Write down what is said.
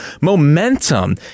momentum